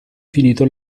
finito